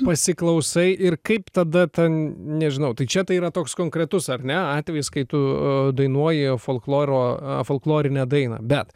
pasiklausai ir kaip tada ten nežinau tai čia tai yra toks konkretus ar ne atvejis kai tu dainuoji folkloro folklorinę dainą bet